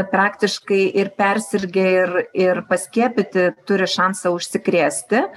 praktiškai ir persirgę ir ir paskiepyti turi šansą užsikrėsti